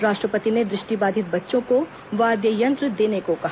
राष्ट्रपति ने दृष्टिबाधित बच्चों को वाद्य यंत्र देने को कहा